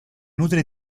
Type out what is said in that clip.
nutre